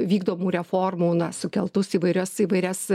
vykdomų reformų na sukeltus įvairios įvairias